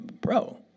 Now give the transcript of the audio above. bro